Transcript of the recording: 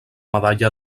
medalla